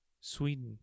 Sweden